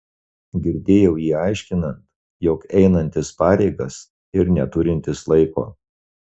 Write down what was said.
girdėjau jį aiškinant jog einantis pareigas ir neturintis laiko